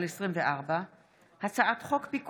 פ/1920/24 וכלה בהצעת חוק פ/2071/24: הצעת